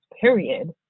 period